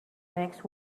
next